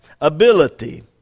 ability